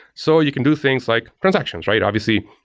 so you can do things like transactions, right? obviously,